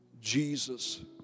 Jesus